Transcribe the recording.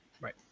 right